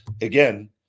again